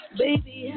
baby